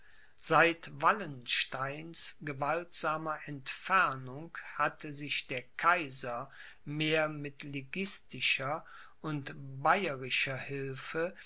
seit wallensteins gewaltsamer entfernung hatte sich der kaiser mehr mit liguistischer und bayerischer hilfe